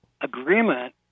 agreement